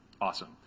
awesome